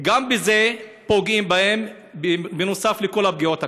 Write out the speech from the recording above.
וגם בזה פוגעים בהם, נוסף על כל הפגיעות הקיימות.